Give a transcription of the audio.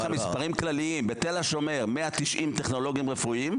בתל השומר יש 190 טכנולוגים רפואיים.